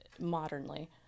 modernly